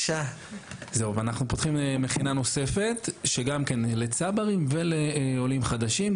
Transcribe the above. ואנחנו פותחים גם מכינה נוספת שגם כן לצברים ולעולים חדשים,